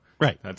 right